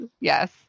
Yes